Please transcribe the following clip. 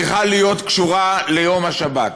צריכה להיות קשורה ליום השבת.